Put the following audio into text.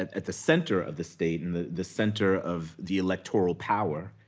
at at the center of the state, and the the center of the electoral power,